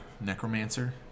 Necromancer